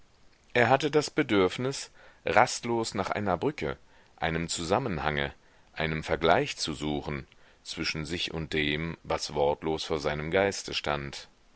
er hatte das bedürfnis rastlos nach einer brücke einem zusammenhange einem vergleich zu suchen zwischen sich und dem was wortlos vor seinem geiste stand